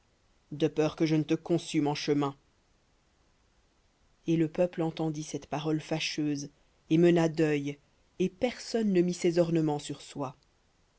de peur que je ne te consume en chemin et le peuple entendit cette parole fâcheuse et mena deuil et personne ne mit ses ornements sur soi